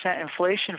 inflation